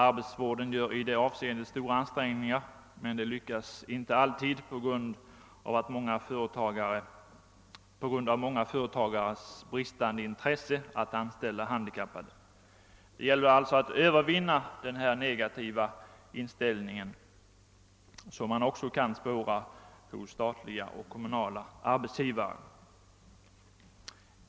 Arbetsvården gör i det avseendet stora ansträngningar men lyckas inte alltid på grund av många företagares bristande intresse när det gäller att anställa handikappade. Det gäller alltså att övervinna den negativa inställningen mot handikappad arbetskraft vilken man också kan spåra hos statliga och kommunala arbetsgivare.